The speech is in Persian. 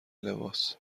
لباس